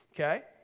Okay